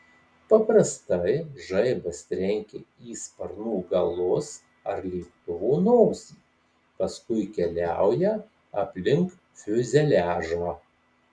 paprastai žaibas trenkia į sparnų galus ar lėktuvo nosį paskui keliauja aplink fiuzeliažą